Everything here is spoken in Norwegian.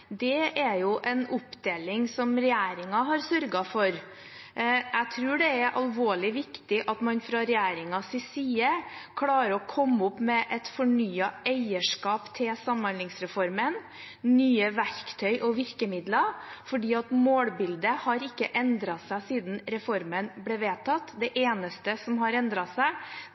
Det er jo en oppdeling som regjeringen har sørget for. Jeg tror det er veldig viktig at man fra regjeringens side klarer å komme opp med et fornyet eierskap til Samhandlingsreformen, nye verktøy og nye virkemidler, for målbildet har ikke endret seg siden reformen ble vedtatt. Det eneste som har endret seg,